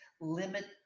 limit